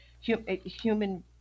human